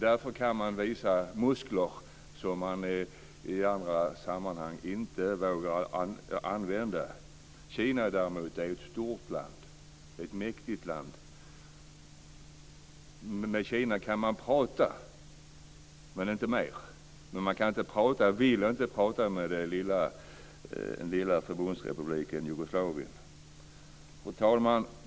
Därför kan man visa muskler som man inte vågar använda i andra sammanhang. Kina däremot är ett stort och mäktigt land. Med Kina kan man prata, men inte mer. Men man vill inte prata med den lilla Fru talman!